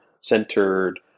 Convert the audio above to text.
centered